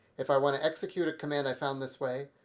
if i want to execute a command i found this way,